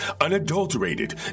unadulterated